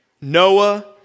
Noah